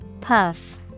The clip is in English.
Puff